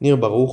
ניר ברוך,